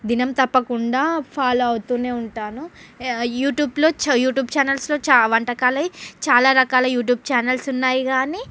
దినం తప్పకుండా ఫాలో అవుతూనే ఉంటాను యా యూట్యూబ్లో చ యూట్యూబ్ ఛానల్స్లో చ వంటకాలే చాలా రకాల యూట్యూబ్ ఛానల్స్ ఉన్నాయి కాని